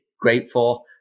grateful